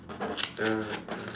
uh uh